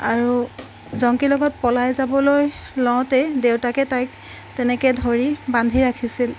আৰু জংকীৰ লগত পলাই যাবলৈ লওঁতেই দেউতাকে তাইক তেনেকৈ ধৰি বান্ধি ৰাখিছিল